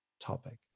topic